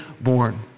born